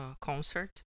concert